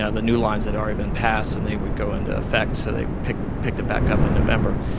yeah the new lines had already been passed, and they would go into effect, so they picked picked it back up in november.